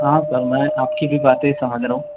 हां सर मैं आपकी भी बाते समझ रहा हूँ